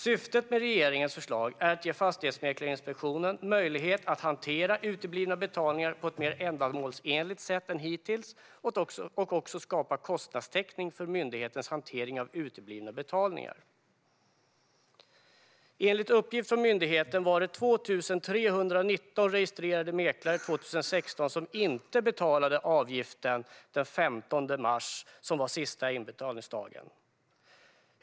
Syftet med regeringens förslag är att ge Fastighetsmäklarinspektionen möjlighet att hantera uteblivna betalningar på ett mer ändamålsenligt sätt än hittills och också att skapa kostnadstäckning för myndighetens hantering av uteblivna betalningar. Enligt uppgift från myndigheten var det 2 319 registrerade mäklare som 2016 inte betalade avgiften till den 15 mars, sista inbetalningsdag.